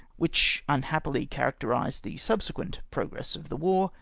which unhappily characterised the subsequent progress of the war,